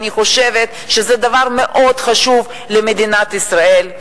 ואני חושבת שזה דבר מאוד חשוב למדינת ישראל.